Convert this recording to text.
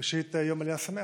ראשית, יום עלייה שמח.